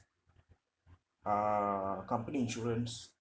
uh company insurance